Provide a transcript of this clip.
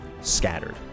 scattered